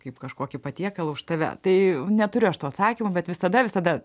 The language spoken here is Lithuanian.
kaip kažkokį patiekalą už tave tai neturiu aš to atsakymo bet visada visada